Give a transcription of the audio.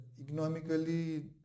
economically